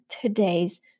today's